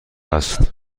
است